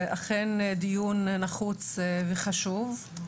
אכן דיון נחוץ וחשוב.